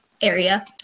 area